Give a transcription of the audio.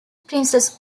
princess